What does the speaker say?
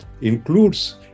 includes